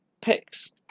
picks